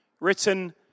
written